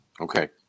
Okay